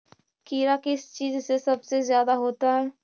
कीड़ा किस चीज से सबसे ज्यादा होता है?